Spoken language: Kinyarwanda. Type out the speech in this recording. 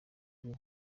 byo